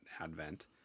advent